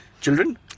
Children